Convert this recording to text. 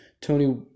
Tony